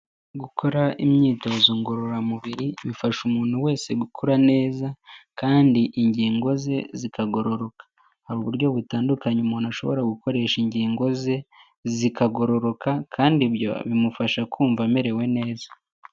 Gukora imyitozo ngororamubiri, bifasha umuntu wese gukura neza kandi ingingo ze zikagororoka. Hari uburyo butandukanye umuntu ashobora gukoresha ingingo ze, zikagororoka kandi ibyo bimufasha kumva amerewe neza.